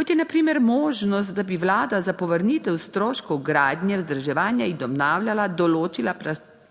kot je na primer možnost, da bi vlada za povrnitev stroškov gradnje, vzdrževanja in obnavljanja določila plačilo